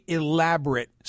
elaborate